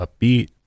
upbeat